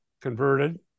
converted